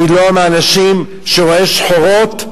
אני לא מהאנשים שרואים שחורות,